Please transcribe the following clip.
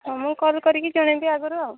ତମକୁ କଲ୍ କରିକି ଜଣେଇବି ଆଗରୁ ଆଉ